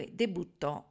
debuttò